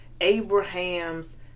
Abraham's